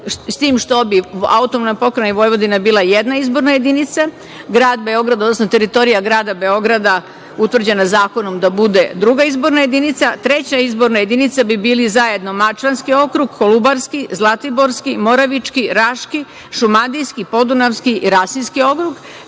s tim što bi AP Vojvodina bila jedna izborna jedinica, grad Beograd odnosno teritorija grada Beograda, utvrđena zakonom, da bude druge izborna jedinica. Treća izborna jedinica bi bili zajedno Mačvanski okrug, Kolubarski, Zlatiborski, Moravički, Raški, Šumadijski, Podunavski i Rasinski okrug.